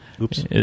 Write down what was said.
Oops